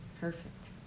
Perfect